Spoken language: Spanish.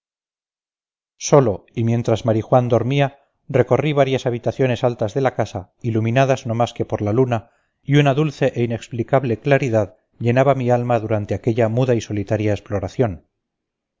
solo y mientras marijuán dormía recorrí varias habitaciones altas de la casa iluminadas no más que por la luna y una dulce e inexplicable claridad llenaba mi alma durante aquella muda y solitaria exploración